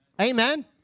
Amen